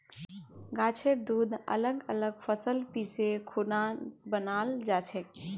गाछेर दूध अलग अलग फसल पीसे खुना बनाल जाछेक